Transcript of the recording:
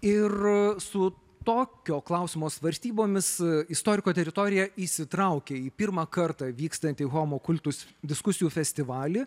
ir su tokio klausimo svarstybomis istoriko teritorija įsitraukia į pirmą kartą vykstantį homo kultus diskusijų festivalį